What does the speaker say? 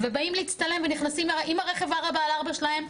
באים להצטלם ונכנסים עם הרכב ארבע על ארבע שלהם,